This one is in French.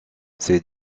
ses